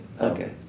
okay